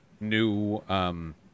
new